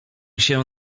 się